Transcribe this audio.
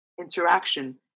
interaction